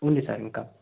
ఉంది సార్ ఇంకా